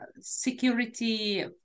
security